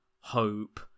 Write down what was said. hope